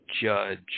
judge